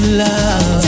love